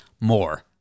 more